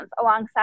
alongside